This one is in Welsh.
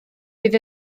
bydd